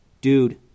Dude